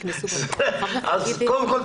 אז קודם כול,